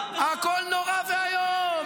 הכול נורא ואיום,